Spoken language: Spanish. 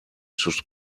sus